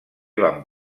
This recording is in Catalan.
van